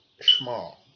small